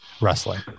wrestling